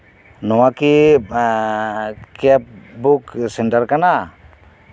ᱱᱚᱣᱟ ᱠᱤ ᱠᱮᱵ ᱵᱩᱠ ᱥᱮᱱᱴᱟᱨ ᱠᱟᱱᱟ